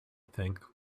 think